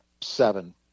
seven